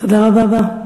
תודה רבה.